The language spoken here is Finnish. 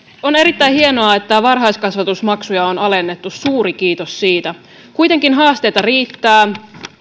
on erittäin hienoa että varhaiskasvatusmaksuja on alennettu suuri kiitos siitä kuitenkin haasteita riittää